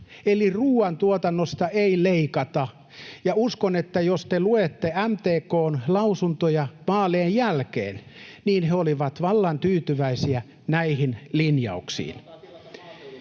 Eli ruoantuotannosta ei leikata. Ja uskon, että jos te luette MTK:n lausuntoja vaalien jälkeen, niin he olivat vallan tyytyväisiä näihin linjauksiin.